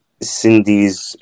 Cindy's